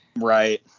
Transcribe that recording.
Right